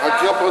אגב,